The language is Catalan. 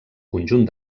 conjunt